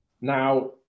Now